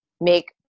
make